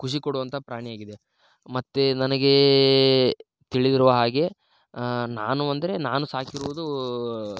ಖುಷಿ ಕೊಡುವಂಥ ಪ್ರಾಣಿಯಾಗಿದೆ ಮತ್ತು ನನಗೆ ತಿಳಿದಿರುವ ಹಾಗೆ ನಾನು ಅಂದರೆ ನಾನು ಸಾಕಿರುವುದು